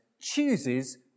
chooses